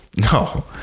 No